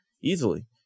Easily